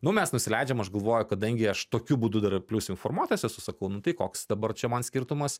nu mes nusileidžiam aš galvoju kadangi aš tokiu būdu dar ir plius informuotas esu sakau nu tai koks dabar čia man skirtumas